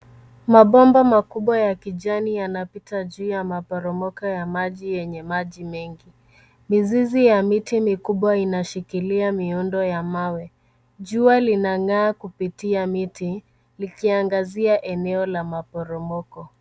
Mabomba makubwa ya kijani yanapita juu ya maporomoko ya maji yenye maji mengi. Mizizi ya miti mikubwa inashikilia miundo ya mawe. Jua linang'aa kupitia miti, likiangazia eneo la maporomoko.